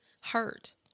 hurt